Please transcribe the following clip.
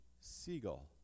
seagull